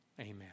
Amen